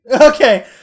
Okay